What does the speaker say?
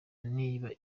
niba